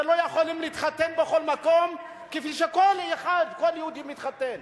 שלא יכולים להתחתן בכל מקום כפי שכל יהודי מתחתן.